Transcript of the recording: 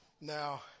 Now